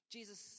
Jesus